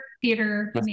Theater